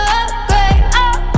upgrade